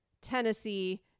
Tennessee